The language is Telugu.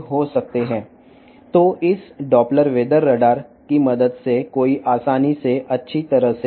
కాబట్టి ఈ డాప్లర్ వాతావరణ రాడార్ సహాయంతో ముందుగానే వాతావరణ మార్పులను కనిపెట్టవచ్చును